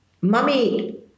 Mummy